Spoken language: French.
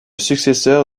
successeur